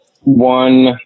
One